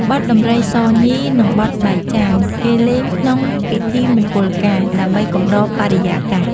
បទដំរីសញី និងបទបែកចាន គេលេងក្នុងពិធីមង្គលការ ដើម្បីកំដរបរិយាកាស។